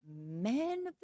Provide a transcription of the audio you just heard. Men